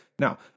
Now